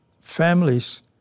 families